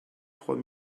trois